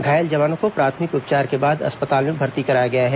घायल जवानों को प्राथमिक उपचार के बाद अस्पताल में भर्ती कराया गया है